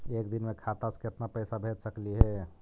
एक दिन में खाता से केतना पैसा भेज सकली हे?